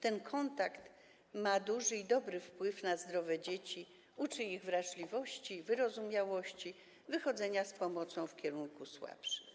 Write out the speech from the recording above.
Ten kontakt ma duży i dobry wpływ na zdrowe dzieci, uczy je wrażliwości, wyrozumiałości, wychodzenia z pomocą w kierunku słabszych.